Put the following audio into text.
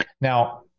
Now